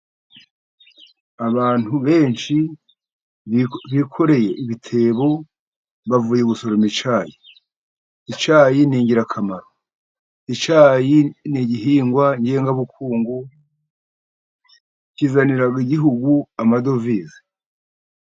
Abantu benshi bikoreye ibitebo bavuye gusoroma icyayi, icyayi ni ingirakamaro, icyayi ni igihingwa ngengabukungu kizanira igihugu amadovize.